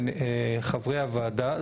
חברי הוועדה,